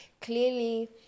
clearly